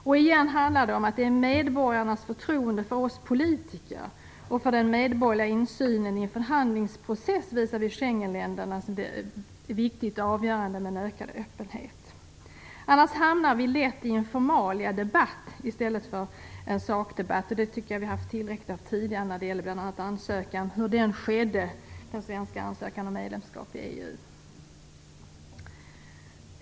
Återigen handlar det om att det för medborgarnas förtroende för oss politiker och för den medborgerliga insynen i en förhandlingsprocess visavi Schengenländerna blir avgörande med en ökad öppenhet. Annars hamnar vi lätt i en formaliadebatt i stället för en sakdebatt, och det tycker jag att vi har haft tillräckligt av tidigare när det gäller bl.a. den svenska ansökan om medlemskap i EU.